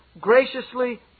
graciously